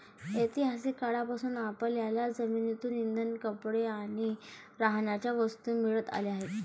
ऐतिहासिक काळापासून आपल्याला जमिनीतून इंधन, कपडे आणि राहण्याच्या वस्तू मिळत आल्या आहेत